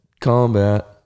combat